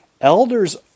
elders